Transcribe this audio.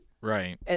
Right